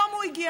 היום הוא הגיע.